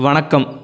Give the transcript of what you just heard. வணக்கம்